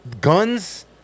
guns